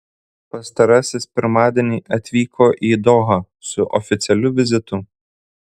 pastarasis pirmadienį atvyko į dohą su oficialiu vizitu